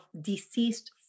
deceased